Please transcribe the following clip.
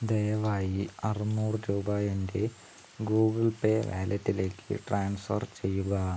ദയവായി അറുന്നൂറ് രൂപ എൻ്റെ ഗൂഗിൾ പേ വാലറ്റിലേക്ക് ട്രാൻസ്ഫർ ചെയ്യുക